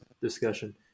discussion